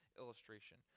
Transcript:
illustration